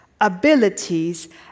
abilities